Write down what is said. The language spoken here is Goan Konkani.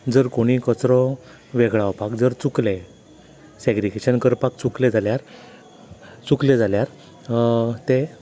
जर कोणूय कचरो वेगळावपाक जर चुकले सेग्रिगेशन करपाक चुकले जाल्यार चुकले जाल्यार ते